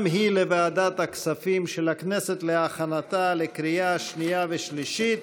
התש"ף 2019, לוועדה הזמנית לענייני כספים נתקבלה.